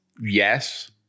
Yes